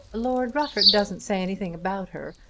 lord rufford doesn't say anything about her.